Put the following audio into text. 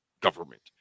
government